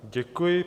Děkuji.